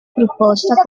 proposta